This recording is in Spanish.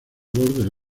del